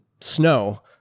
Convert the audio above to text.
snow